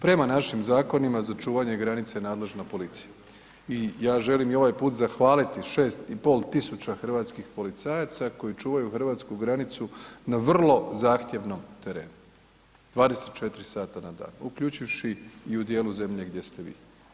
Prema našim zakonima za čuvanje granice je nadležna policija i ja želim i ovaj put zahvaliti 6.500 hrvatskih policajaca koji čuvaju Hrvatsku granicu na vrlo zahtjevnom terenu, 24 sata na dan, uključivši i u dijelu zemlje gdje ste vi.